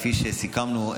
כפי שסיכמנו,